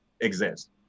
exist